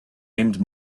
aimed